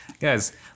Guys